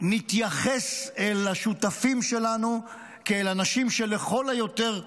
נתייחס אל השותפים שלנו כאל אנשים שלכל היותר טועים,